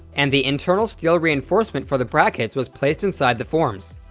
and the internal steel reinforcement for the brackets was placed inside the forms.